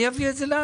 אני אביא את זה,